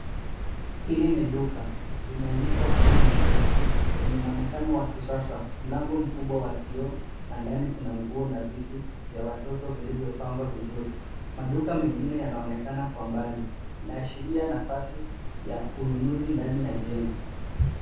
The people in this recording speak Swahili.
Hili ni duka. Limeandikwa, babyshop, lenye mwonekano wa kisasa, mlango mkubwa wa kioo na ndani kuna nguo na vitu vya watoto vilivyopangwa vizuri. Maduka mengine yanaonekana kwa mbali. Inaashiria nafasi ya ununuzi ndani ya jengo.